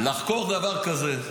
דרך אגב, לחקור דבר כזה.